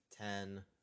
ten